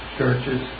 churches